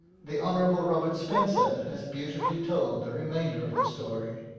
the hon. robert spencer has beautifully told the remainder of the story.